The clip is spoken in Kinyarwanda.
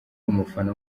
umufana